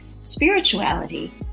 spirituality